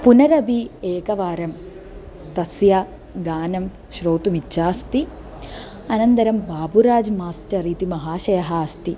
पुनरपि एकवारं तस्य गानं श्रोतुम् इच्छा अस्ति अनन्तरं बाबुराज् मास्टर् इति महाशयः अस्ति